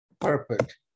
Perfect